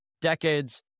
decades